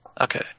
Okay